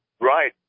Right